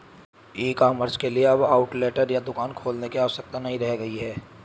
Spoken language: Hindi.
ई कॉमर्स के लिए अब आउटलेट या दुकान खोलने की आवश्यकता नहीं रह गई है